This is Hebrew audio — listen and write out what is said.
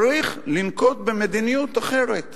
צריך לנקוט מדיניות אחרת.